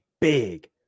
big